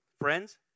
Friends